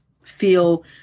feel